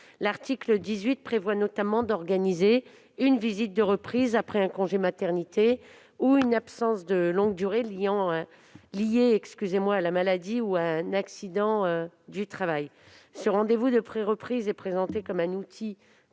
L'article 18 prévoit notamment une visite de reprise après un congé maternité ou une absence de longue durée liée à la maladie ou à un accident du travail. Ce rendez-vous de préreprise est présenté comme un outil